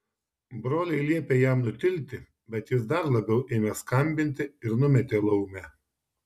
broliai liepė jam nutilti bet jis dar labiau ėmė skambinti ir numetė laumę